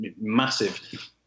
massive